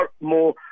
more